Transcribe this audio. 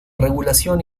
regulación